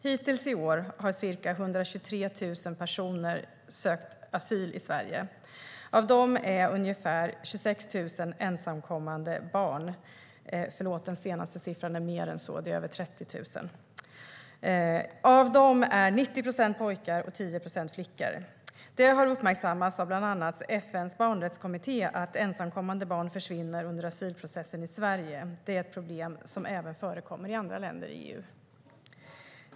Hittills i år har ca 123 000 personer sökt asyl i Sverige. Av dessa är över 30 000 ensamkommande barn. Av dem är 90 procent pojkar och 10 procent flickor. Det har uppmärksammats av bland annat FN:s barnrättskommitté att ensamkommande barn försvinner under asylprocessen i Sverige. Det är ett problem som även förekommer i andra länder i EU.